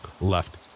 left